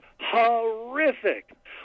horrific